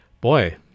boy